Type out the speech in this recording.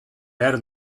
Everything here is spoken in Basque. behar